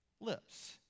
lips